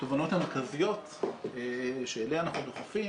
התובנות המרכזיות שאליה אנחנו דוחפים